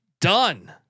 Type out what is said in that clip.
done